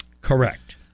Correct